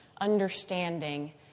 understanding